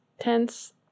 tense